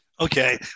Okay